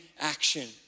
action